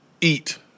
eat